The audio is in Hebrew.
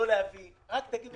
לא להביא רק תגידו.